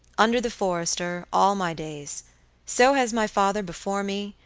under the forester, all my days so has my father before me,